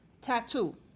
Tattoo